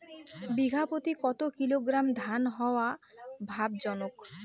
বিঘা প্রতি কতো কিলোগ্রাম ধান হওয়া লাভজনক?